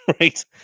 right